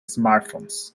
smartphones